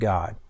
God